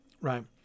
right